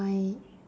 my